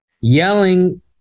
Yelling